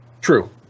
true